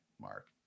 Mark